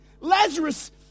Lazarus